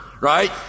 right